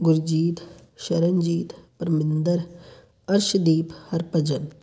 Gurjeet Saranjeet Parminder Arshdeep Harbhajan